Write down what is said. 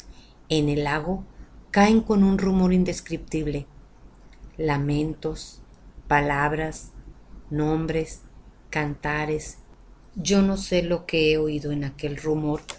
en el lago caen con un rumor indescriptible lamentos palabras nombres cantares yo no sé lo que he oído en aquel rumor